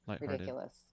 ridiculous